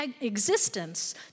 existence